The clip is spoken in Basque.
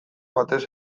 batez